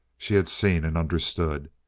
she had seen and understood.